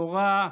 תורה,